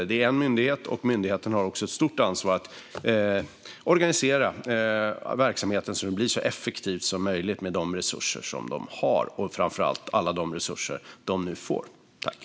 Det är en myndighet, och myndigheten har också ett stort ansvar att organisera verksamheten så att den blir så effektiv som möjligt med de resurser som finns och framför allt alla de resurser som myndigheten nu får.